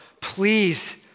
please